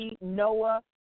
Noah